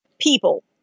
People